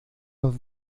los